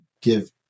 give